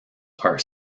are